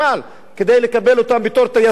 כדי לקבל אותם בתור טייסים בצה"ל?